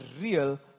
real